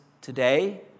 today